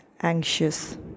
anxious